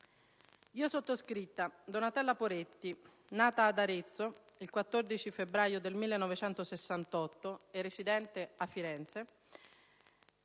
«Io sottoscritta Donatella Poretti, nata ad Arezzo il 14 febbraio 1968 e residente a Firenze,